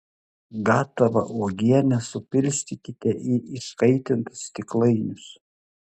gatavą uogienę supilstykite į iškaitintus stiklainius